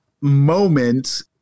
moment